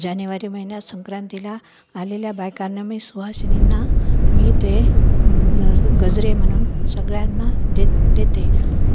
जानेवारी महिन्यात संक्रांतीला आलेल्या बायकांना मी सुवासिनींना मी ते गजरे म्हणून सगळ्यांना देत देते